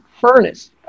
furnace